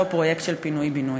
אותו פרויקט של פינוי-בינוי,